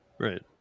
Right